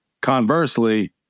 conversely